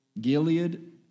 Gilead